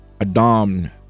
Adam